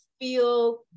feel